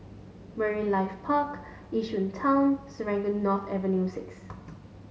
Marine Life Park Yishun Town Serangoon North Avenue six